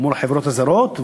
מול החברות הזרות.